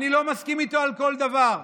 בושה.